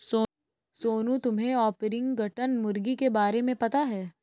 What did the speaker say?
सोनू, तुम्हे ऑर्पिंगटन मुर्गी के बारे में पता है?